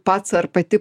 pats ar pati